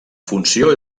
funció